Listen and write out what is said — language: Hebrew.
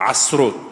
עשרות